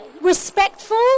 respectful